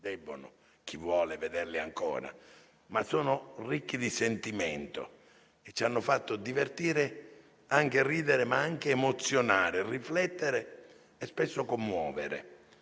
un tono agrodolce, ma sono ricchi di sentimento e ci hanno fatto divertire, ridere, ma anche emozionare, riflettere e spesso commuovere.